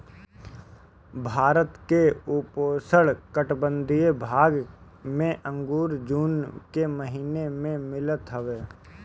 भारत के उपोष्णकटिबंधीय भाग में अंगूर जून के महिना में मिलत हवे